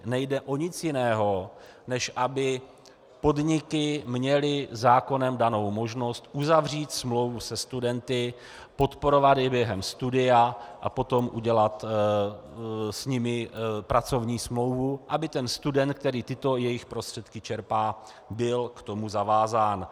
Nejde o nic jiného, než aby podniky měly zákonem danou možnost uzavřít smlouvu se studenty, podporovat je během studia a potom udělat s nimi pracovní smlouvu, aby student, který tyto jejich prostředky čerpá, byl k tomu zavázán.